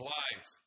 life